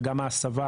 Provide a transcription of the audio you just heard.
וגם לגבי ההסבה,